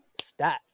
stat